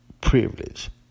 privilege